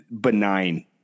benign